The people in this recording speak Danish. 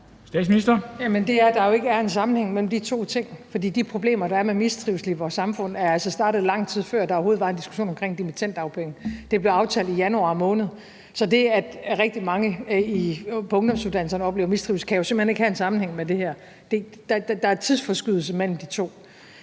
at der jo ikke er en sammenhæng mellem de to ting. For de problemer, der er med mistrivsel i vores samfund, er altså startet, lang tid før der overhovedet var en diskussion omkring dimittenddagpenge. Det blev aftalt i januar måned. Så det, at rigtig mange på ungdomsuddannelserne oplever mistrivsel, kan jo simpelt hen ikke have en sammenhæng med det her. Der er tidsforskydning mellem de to.